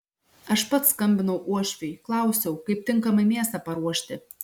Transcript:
aš pats skambinau uošviui klausiau kaip tinkamai mėsą paruošti